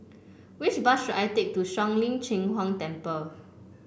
which bus should I take to Shuang Lin Cheng Huang Temple